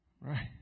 right